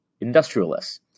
industrialists